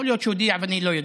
יכול להיות שהודיע ואני לא יודע,